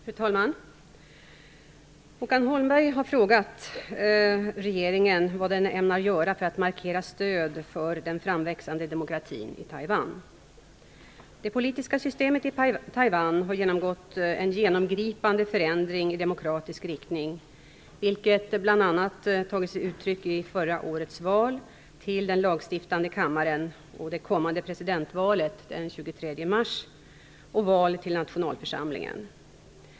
Fru talman! Håkan Holmberg har frågat regeringen vad den ämnar göra för att markera stöd för den framväxande demokratin i Taiwan. Det politiska systemet i Taiwan har genomgått en genomgripande förändring i demokratisk riktning, vilket bl.a. tagit sig uttryck i förra årets val till den lagstiftande kammaren och i det kommande presidentvalet den 23 mars och val till nationalförsamlingen.